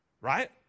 right